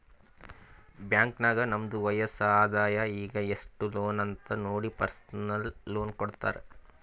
bank ನಾಗ್ ನಮ್ದು ವಯಸ್ಸ್, ಆದಾಯ ಈಗ ಎಸ್ಟ್ ಲೋನ್ ಅಂತ್ ನೋಡಿ ಪರ್ಸನಲ್ ಲೋನ್ ಕೊಡ್ತಾರ್